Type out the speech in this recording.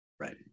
Right